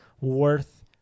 worth